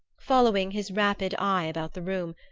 following his rapid eye about the room,